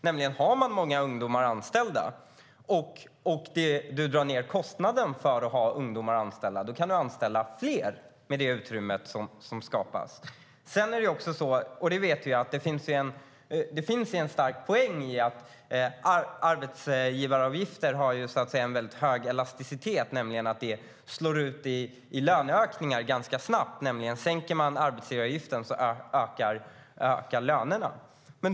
Om man har många ungdomar anställda och kostnaden för att ha ungdomar anställda dras ned, då kan man anställa fler tack vare det utrymme som skapas. Vi vet också att det finns en stor poäng med att arbetsgivaravgifter har hög elasticitet, nämligen att en sänkning leder till löneökningar ganska snabbt. Sänker man arbetsgivaravgiften stiger lönerna.